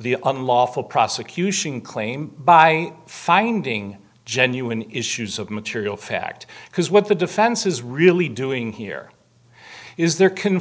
the unlawful prosecution claim by finding genuine issues of material fact because what the defense is really doing here is they're c